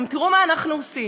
תראו מה אנחנו עושים.